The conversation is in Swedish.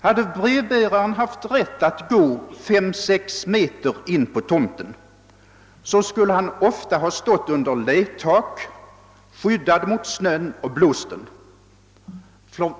Hade brevbäraren haft rätt att gå fem sex meter in på tomten, så skulle han ofta ha stått under lätak, skyddad mot snön och blåsten.